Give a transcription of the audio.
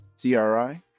CRI